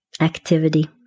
activity